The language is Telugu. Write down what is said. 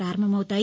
ప్రపారంభమవుతాయి